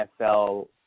NFL